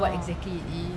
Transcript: orh